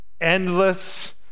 endless